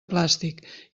plàstic